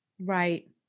Right